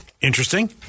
interesting